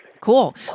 Cool